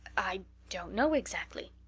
i don't know exactly.